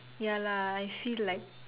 ya lah I feel like